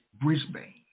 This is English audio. Brisbane